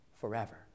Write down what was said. forever